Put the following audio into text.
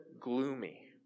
gloomy